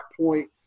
point